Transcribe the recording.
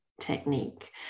technique